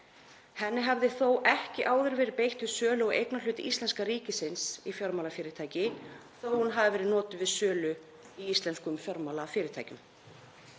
Henni hafði þó ekki áður verið beitt við sölu á eignarhlut íslenska ríkisins í fjármálafyrirtæki, þó að hún hafi verið notuð við sölu í íslenskum fjármálafyrirtækjum.